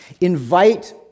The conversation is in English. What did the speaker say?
invite